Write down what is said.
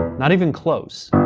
not even close.